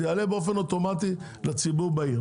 זה יעלה באופן אוטומטי לציבור בעיר.